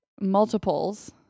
multiples